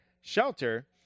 Shelter